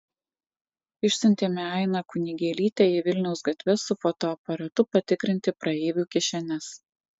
išsiuntėme ainą kunigėlytę į vilniaus gatves su fotoaparatu patikrinti praeivių kišenes